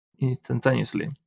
instantaneously